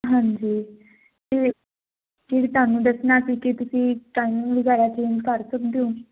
ਹਾਂਜੀ ਤੇ ਜੀ ਤੁਹਾਨੂੰ ਦੱਸਣਾ ਸੀ ਕੀ ਤੁਸੀਂ ਟਾਈਮਿੰਗ